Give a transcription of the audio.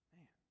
Man